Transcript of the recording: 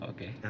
Okay